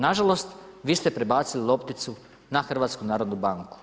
Nažalost, vi ste prebacili lopticu na HNB.